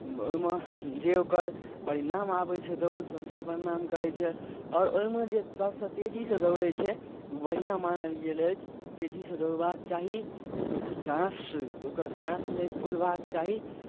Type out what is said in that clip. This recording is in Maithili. ओहिमे जे ओकर परिणाम आबै छै दौड़सँ से परिणाम करै छै आओर ओहिमे जे सभसँ तेजीसँ दौड़ै छै बढ़िआँ मानल गेल अछि तेजीसँ दौड़बाक चाही साँस ओकर साँस नहि फुलबाक चाही